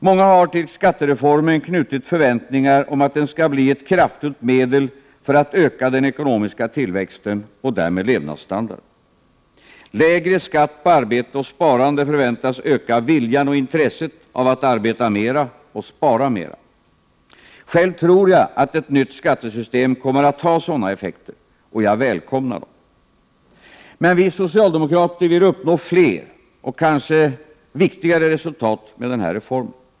Många har till skattereformen knutit förväntningar om att den skall bli ett kraftfullt medel för att öka den ekonomiska tillväxten och därmed levnadsstandarden. Lägre skatt på arbete och sparande förväntas öka viljan och intresset av att arbeta mera och spara mera. Själv tror jag att ett nytt skattesystem kommer att ha sådana effekter, och jag välkomnar dem. Men vi socialdemokrater vill uppnå fler, och kanske viktigare resultat med den här reformen.